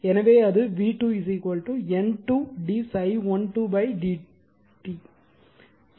எனவே அது v2 N2 d ∅12 dt